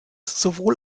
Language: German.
sowohl